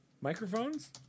Microphones